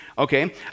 Okay